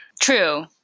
True